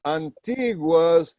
antiguas